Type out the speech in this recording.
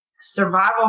survival